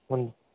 ਹਾਂਜੀ